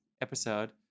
episode